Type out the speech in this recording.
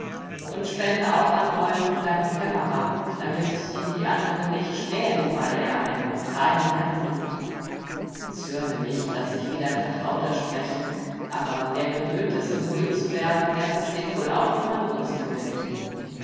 und spende auch an wolf deinen kämmerer damit ihn die anderen nicht schmähen weil er einem kahlen herrn dient zürne nicht daß ich wie dein vertrauter spreche aber wer gewöhnt ist um huld zu werben der versteht wohl auch wie man gunst gewinnt